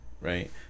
right